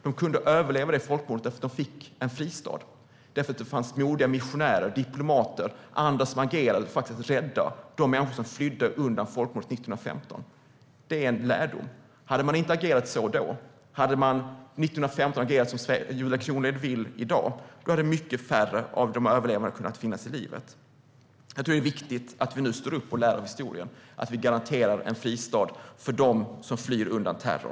De kunde överleva det folkmordet, eftersom de fick en fristad. Det fanns nämligen modiga missionärer, diplomater och andra som agerade för att rädda de människor som flydde undan folkmordet 1915. Detta är en lärdom. Hade man 1915 agerat som Julia Kronlid vill agera i dag hade mycket färre kunnat räddas till livet. Jag tror att det är viktigt att vi nu står upp och lär av historien och garanterar en fristad för dem som flyr undan terror.